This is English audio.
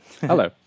Hello